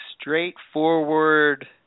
straightforward